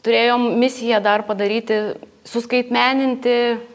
turėjom misiją dar padaryti suskaitmeninti